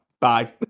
Bye